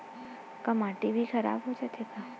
का माटी ह भी खराब हो जाथे का?